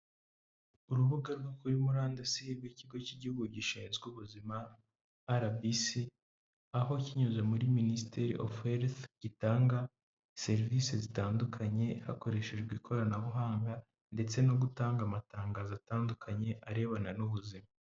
Urubuga rwo kuri murandasi rw'ikigo cy'igihugu gishinzwe ubuzima RBC, aho kinyuze muri minisiteri afu herifu, gitanga serivisi zitandukanye hakoreshejwe ikoranabuhanga ndetse no gutanga amatangazo atandukanye arebana n'ubuzima.